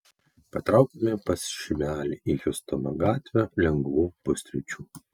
patraukėme pas šimelį į hjustono gatvę lengvų pusryčių